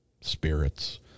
spirits